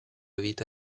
vita